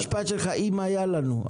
המשפט שלך: אם היה לנו.